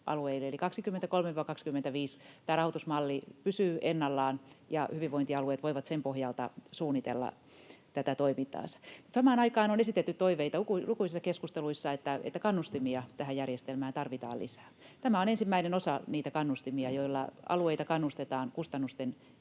alueille, eli 23—25 tämä rahoitusmalli pysyy ennallaan, ja hyvinvointialueet voivat sen pohjalta suunnitella tätä toimintaansa. Samaan aikaan on esitetty toiveita lukuisissa keskusteluissa, että kannustimia tähän järjestelmään tarvitaan lisää. Tämä on ensimmäinen osa niitä kannustimia, joilla alueita kannustetaan kustannusten